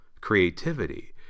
creativity